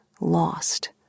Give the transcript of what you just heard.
lost